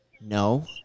no